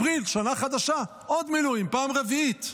אפריל, שנה חדשה, עוד מילואים, פעם רביעית.